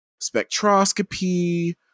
spectroscopy